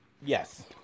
Yes